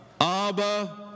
Abba